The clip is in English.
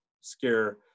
scare